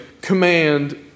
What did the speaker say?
command